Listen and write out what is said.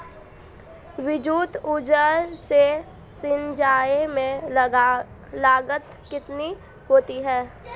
विद्युत ऊर्जा से सिंचाई में लागत कितनी होती है?